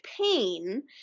pain